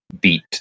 beat